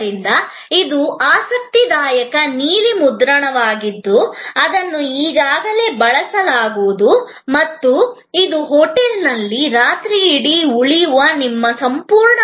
ಆದ್ದರಿಂದ ಇದು ಆಸಕ್ತಿದಾಯಕ ನೀಲಿ ಮುದ್ರಣವಾಗಿದ್ದು ಇದನ್ನು ಈಗಾಗಲೇ ಬಳಸಲಾಗುವುದು ಇದು ಹೋಟೆಲ್ನಲ್ಲಿ ರಾತ್ರಿಯಿಡೀ ಉಳಿಯುವ ನಿಮ್ಮ ಸಂಪೂರ್ಣ ಅನುಭವವನ್ನು ತೋರಿಸುತ್ತದೆ